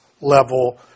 level